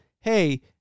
hey